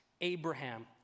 Abraham